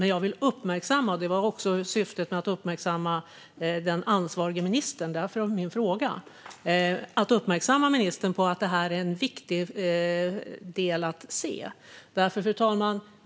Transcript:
Men jag vill uppmärksamma ministern - vilket också var syftet med min fråga, nämligen att uppmärksamma den ansvarige ministern - på att detta är en viktig del att se.